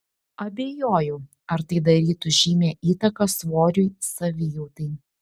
abejoju ar tai darytų žymią įtaką svoriui savijautai